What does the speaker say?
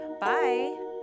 Bye